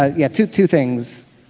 ah yeah, two two things.